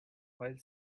while